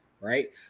right